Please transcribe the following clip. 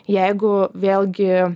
jeigu vėlgi